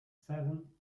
seven